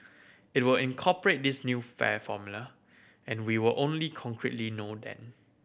it will incorporate this new fare formula and we will only concretely know then